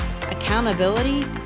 accountability